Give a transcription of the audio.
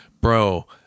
bro